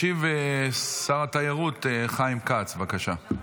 ישיב, שר התיירות חיים כץ, בבקשה.